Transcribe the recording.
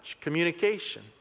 communication